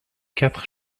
quatre